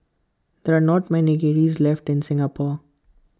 there are not many kilns left in Singapore